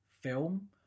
film